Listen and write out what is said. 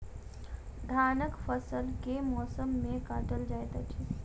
धानक फसल केँ मौसम मे काटल जाइत अछि?